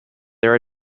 their